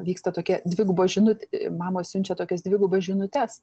vyksta tokia dviguba žinutė mamos siunčia tokias dvigubas žinutes